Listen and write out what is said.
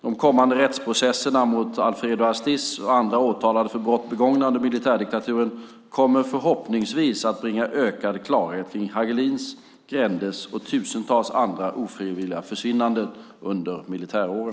De kommande rättsprocesserna mot Alfredo Astiz och andra åtalade för brott begångna under militärdiktaturen kommer förhoppningsvis att bringa ökad klarhet kring Hagelins, Grändes och tusentals andra ofrivilliga försvinnanden under militäråren.